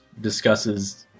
discusses